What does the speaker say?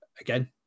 again